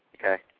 Okay